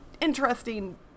interesting